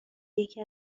یکی